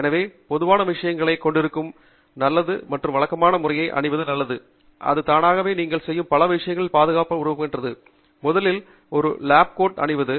எனவே பொதுவான விஷயங்களைக் கொண்டிருக்கும் நல்லது மற்றும் வழக்கமான முறையில் அணிவது நல்லது இது தானாகவே நீங்கள் செய்யும் பல விஷயங்களைப் பாதுகாப்பாக உருவாக்குகிறது முதலில் ஒரு லேப் கோர்ட் அணிவது